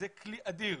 שזה כלי אדיר